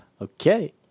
Okay